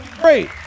great